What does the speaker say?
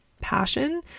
passion